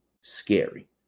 scary